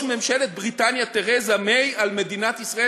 ממשלת בריטניה תרזה מיי על מדינת ישראל.